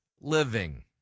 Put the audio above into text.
living